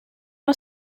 are